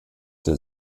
der